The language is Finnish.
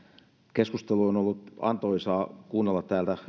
on ollut antoisaa kuunnella täällä